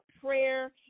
prayer